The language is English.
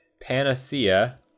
Panacea